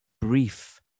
brief